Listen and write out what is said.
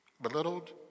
belittled